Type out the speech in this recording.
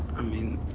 i mean,